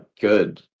good